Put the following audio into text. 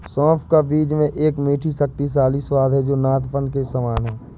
सौंफ का बीज में एक मीठा, शक्तिशाली स्वाद है जो नद्यपान के समान है